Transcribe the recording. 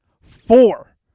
four